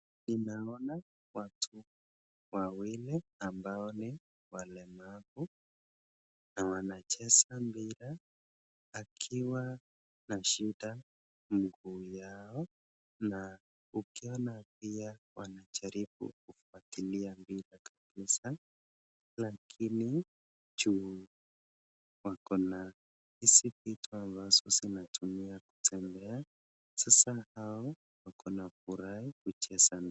Ninaona watu wawili ambao ni walemavu na wanacheza mpira wakiwa na shida mguu yao na ukiona pia wanajaribu kufuatilia mpira kabisa lakini juu wako na hizi vitu ambazo wanatumia kutembea sasa hao wako na furaha kucheza.